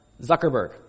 Zuckerberg